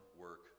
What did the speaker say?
work